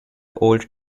old